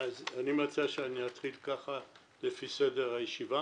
אז אני מציע שאני אתחיל ככה לפי סדר הישיבה.